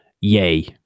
Yay